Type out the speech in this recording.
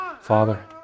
Father